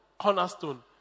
cornerstone